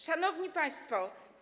Szanowni Państwo!